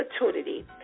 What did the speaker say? opportunity